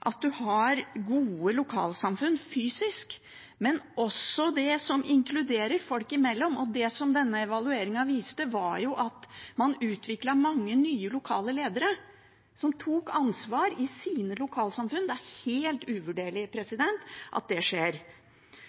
at en har gode lokalsamfunn fysisk, men også det som inkluderer folk imellom. Det denne evalueringen viste, var at man utviklet mange nye lokale ledere som tok ansvar i sine lokalsamfunn. Det er helt uvurderlig at det skjer.